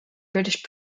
british